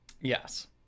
Yes